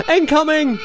Incoming